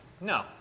No